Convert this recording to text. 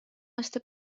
aasta